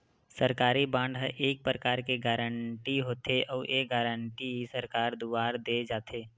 सरकारी बांड ह एक परकार के गारंटी होथे, अउ ये गारंटी सरकार दुवार देय जाथे